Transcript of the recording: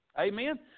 Amen